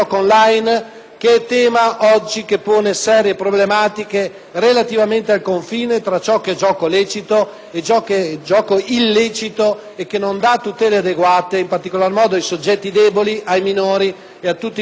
che è un tema che oggi pone serie problematiche relativamente al confine tra ciò che è gioco lecito e ciò che è gioco illecito e che non dà tutele adeguate, in particolar modo ai soggetti deboli, ai minori e a tutti coloro che